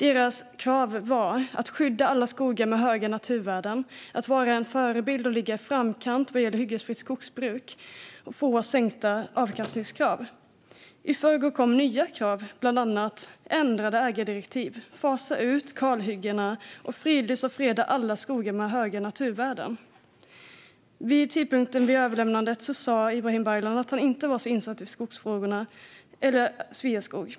Kraven var att alla skogar med höga naturvärden ska skyddas, att Sveaskog ska vara en förebild och ligga i framkant när det gäller hyggesfritt skogsbruk och att avkastningskraven ska sänkas. I förrgår kom nya krav. De gällde bland annat ändrade ägardirektiv, utfasning av kalhyggen och fridlysning och fredande av alla skogar med höga naturvärden. Vid tidpunkten för överlämnandet sa Ibrahim Baylan att han inte var så insatt i skogsfrågorna eller Sveaskog.